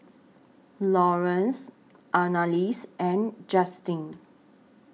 Laurance Annalise and Justyn